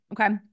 Okay